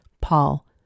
Paul